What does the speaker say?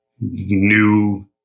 new